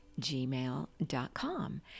gmail.com